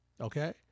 Okay